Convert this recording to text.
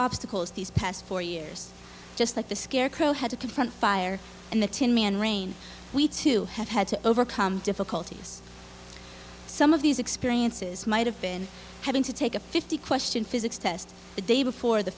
obstacles these past four years just like the scarecrow had to confront fire and the tinman rain we too have had to overcome difficulties some of these experiences might have been having to take a fifty question physics test the day before the